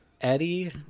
Eddie